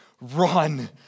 run